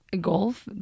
Golf